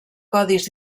codis